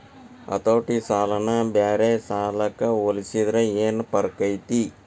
ಹತೋಟಿ ಸಾಲನ ಬ್ಯಾರೆ ಸಾಲಕ್ಕ ಹೊಲ್ಸಿದ್ರ ಯೆನ್ ಫರ್ಕೈತಿ?